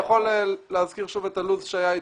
אני יכול להזכיר שוב את הלו"ז שהיה אתם.